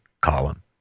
column